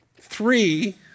Three